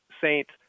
saints